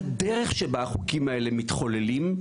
הדרך שבה החוקים האלה מתחוללים,